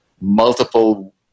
multiple